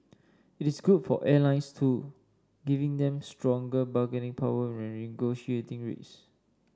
it is good for airlines too giving them stronger bargaining power when negotiating rates